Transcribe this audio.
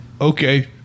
Okay